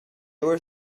were